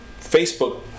facebook